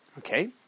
Okay